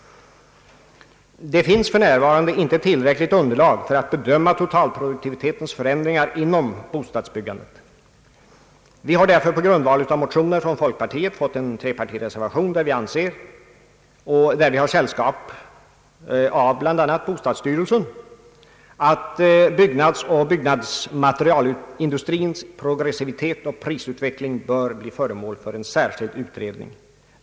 Det finns för närvarande inte tillräckligt underlag för att bedöma totalproduktivitetens förändringar inom bostadsbyggandet. Med anledning av motioner har därför avgivits en trepartireservation — och i detta fall har reservanterna sällskap bl.a. med bostadsstyrelsen — i vilken anförs att byggnadsoch byggnadsmaterialindustrins produktivitetsoch prisutveckling bör bli föremål för särskild utredning.